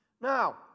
Now